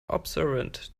observant